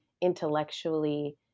intellectually